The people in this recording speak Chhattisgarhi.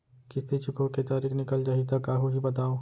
किस्ती चुकोय के तारीक निकल जाही त का होही बताव?